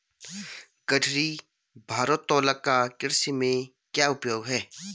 गठरी भारोत्तोलक का कृषि में क्या उपयोग है?